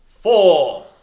four